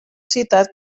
citat